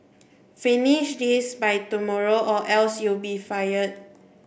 finish this by tomorrow or else you'll be fired